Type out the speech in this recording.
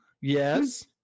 Yes